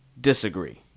disagree